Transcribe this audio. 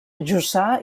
jussà